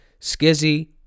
Skizzy